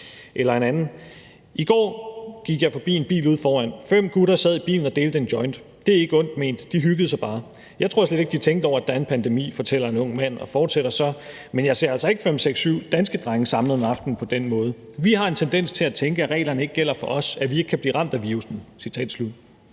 »I går gik jeg forbi en bil ude foran. Fem gutter sad i bilen og delte en joint. Det er ikke ondt ment, de hyggede sig bare. Jeg tror slet ikke, de tænkte over, at der er en pandemi.« Sådan fortæller en ung mand, og han fortsætter: »Men jeg ser altså ikke fem, seks, syv danske drenge samlet om aftenen på den måde. Vi har en tendens til at tænke, at reglerne ikke gælder for os. At vi ikke kan blive ramt af virussen.«